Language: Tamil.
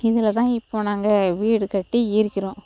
இதில் தான் இப்போது நாங்கள் வீடு கட்டி இருக்கிறோம்